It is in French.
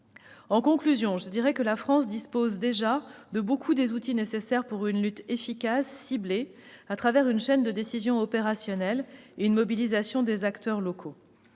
acteurs de terrain. La France dispose déjà de beaucoup des outils nécessaires pour une lutte efficace, ciblée, à travers une chaîne de décision opérationnelle et une mobilisation des acteurs locaux.